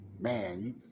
Man